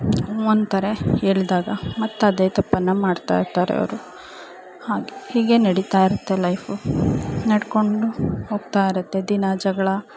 ಹ್ಞೂ ಅಂತಾರೆ ಹೇಳ್ದಾಗ ಮತ್ತು ಅದೇ ತಪ್ಪನ್ನು ಮಾಡ್ತಾಯಿರ್ತಾರೆ ಅವರು ಹಾಗೆ ಹೀಗೆ ನಡಿತಾ ಇರುತ್ತೆ ಲೈಫು ನಡ್ಕೊಂಡು ಹೋಗ್ತಾಯಿರುತ್ತೆ ದಿನಾ ಜಗಳ